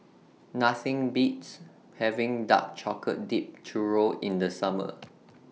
Nothing Beats having Dark Chocolate Dipped Churro in The Summer